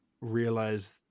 realize